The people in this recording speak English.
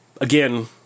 again